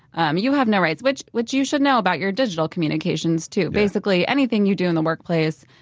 um you have no rights. which which you should know about your digital communications too. basically, anything you do in the workplace,